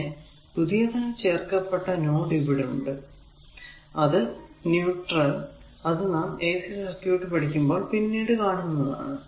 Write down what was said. പിന്നെ ഒരു പുതിയതായി ചേർക്കപ്പെട്ട നോഡ് ഇവിടെ ഉണ്ട് അത് ന്യൂട്രൽ അത് നാം AC സർക്യൂട് പഠിക്കുമ്പോൾ പിന്നീട് കാണുന്നതാണ്